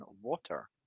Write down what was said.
water